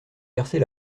verser